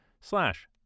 slash